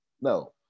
no